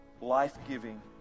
life-giving